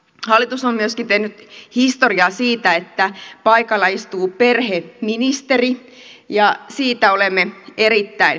hallitus on myöskin tehnyt historiaa siinä että paikalla istuu perheministeri ja siitä olemme erittäin kiitollisia